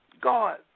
God